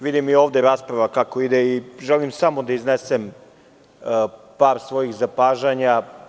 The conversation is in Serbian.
Vidim i ovde kako ide rasprava i želim samo da iznesem par svojih zapažanja.